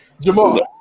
Jamal